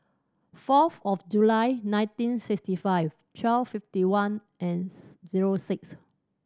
forth of July nineteen sixty five twelve fifty one zero six